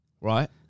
right